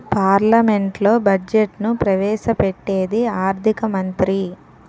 పార్లమెంట్లో బడ్జెట్ను ప్రవేశ పెట్టేది ఆర్థిక మంత్రి